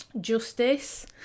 justice